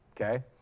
okay